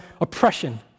oppression